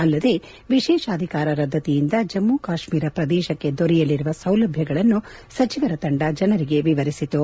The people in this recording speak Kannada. ಅಲ್ಲದೇ ವಿಶೇಷಾಧಿಕಾರ ರದ್ಗತಿಯಿಂದ ಜಮ್ನು ಕಾತ್ನೀರ ಪ್ರದೇಶಕ್ಕೆ ದೊರೆಯಲಿರುವ ಸೌಲಭ್ಯಗಳನ್ನು ಸಚಿವರ ತಂಡ ಜನರಿಗೆ ವಿವರಿಸಿತು